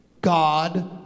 God